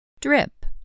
Drip